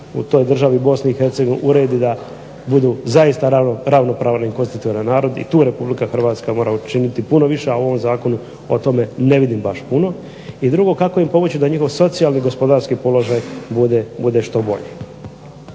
u toj državi BiH uredi da bude zaista ravnopravan i konstitutivan narod i tu RH mora učiniti puno više, a u ovom zakonu o tome ne vidim baš puno. I drugo, kako im pomoći da njihov socijalni i gospodarski položaj bude što bolji.